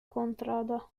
contrada